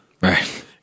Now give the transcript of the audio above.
Right